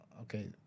okay